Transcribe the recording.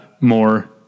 more